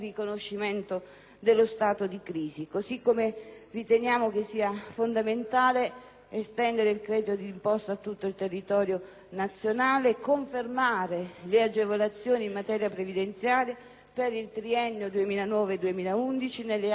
dello stato di crisi. Riteniamo poi fondamentale estendere il credito d'imposta a tutto il territorio nazionale, confermare le agevolazioni in materia previdenziale per il triennio 2009‑2011 nelle aree montane